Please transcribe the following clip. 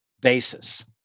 basis